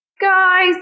guys